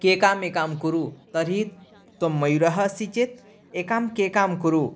केकामेकां कुरु तर्हि त्वं मयूरः असि चेत् एकां केकां कुरु